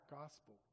gospel